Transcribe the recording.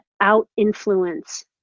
out-influence